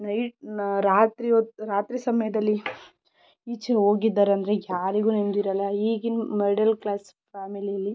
night ರಾತ್ರಿ ಹೊತ್ ರಾತ್ರಿ ಸಮಯದಲ್ಲಿ ಈಚೆ ಹೋಗಿದ್ದಾರೆಂದರೆ ಯಾರಿಗೂ ನೆಮ್ಮದಿ ಇರಲ್ಲ ಈಗಿನ ಮಿಡ್ಲ್ ಕ್ಲಾಸ್ ಫ್ಯಾಮಿಲಿಯಲ್ಲಿ